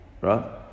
right